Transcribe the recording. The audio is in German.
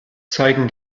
zeigen